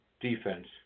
defense